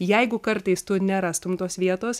jeigu kartais tu nerastum tos vietos